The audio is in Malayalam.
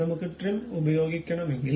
നമുക്ക് ട്രിം ഉപയോഗിക്കണമെങ്കിൽ